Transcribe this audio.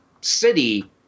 city